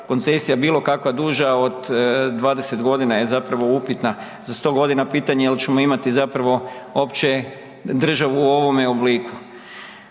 koncesija bilo kakva duža od 20.g. je zapravo upitna, za 100.g. pitanje je jel ćemo imati zapravo uopće državu u ovome obliku.